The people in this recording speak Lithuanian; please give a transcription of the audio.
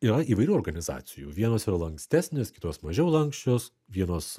yra įvairių organizacijų vienos yra lankstesnis kitos mažiau lanksčios vienos